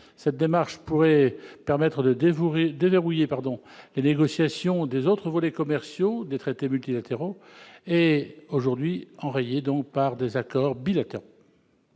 Cette démarche permettrait de déverrouiller les négociations des autres volets commerciaux des traités multilatéraux, aujourd'hui enrayées par des accords bilatéraux.